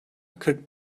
kırk